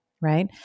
right